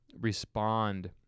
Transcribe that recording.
respond